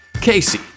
Casey